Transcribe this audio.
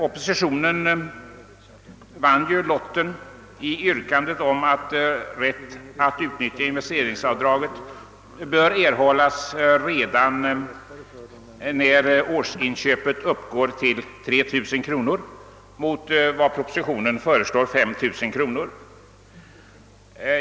Oppositionen vann ju lottningen beträffande yrkandet att rätt att utnyttja investeringsavdraget bör erhållas redan när årsinköpet uppgår till 3000 kronor mot 5000 kronor enligt propositionsförslaget.